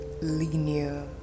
linear